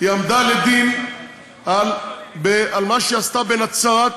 היא עמדה לדין על מה שהיא עשתה בנצרת,